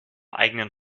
eigenen